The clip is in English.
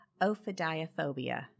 ophidiophobia